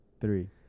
three